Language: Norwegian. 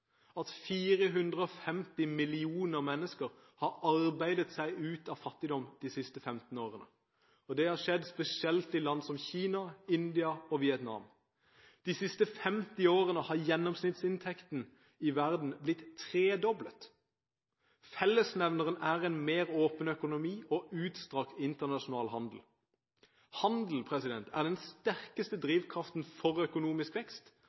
at 450 millioner mennesker har arbeidet seg ut av fattigdom de siste 15 årene. Det har skjedd spesielt i land som Kina, India og Vietnam. De siste 50 årene har gjennomsnittsinntekten i verden blitt tredoblet. Fellesnevneren er en mer åpen økonomi og utstrakt internasjonal handel. Handel er den sterkeste drivkraften for økonomisk vekst